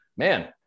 man